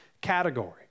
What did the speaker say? category